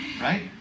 right